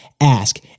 ask